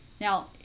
Now